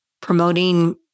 promoting